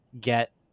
get